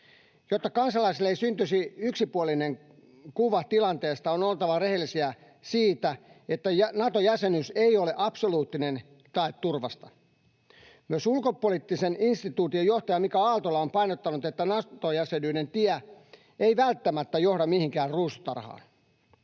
Jotta kansalaisille ei syntyisi yksipuolinen kuva tilanteesta, on oltava rehellisiä siitä, että Nato-jäsenyys ei ole absoluuttinen tae turvasta. Myös Ulkopoliittisen instituutin johtaja Mika Aaltola on painottanut, että Nato-jäsenyyden tie ei välttämättä johda mihinkään ruusutarhaan.